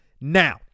Now